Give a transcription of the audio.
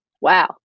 wow